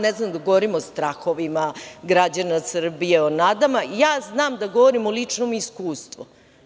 Ne znam da govorim o strahovima građana Srbije, o nadama, ja znam da govorim o ličnom iskustvu.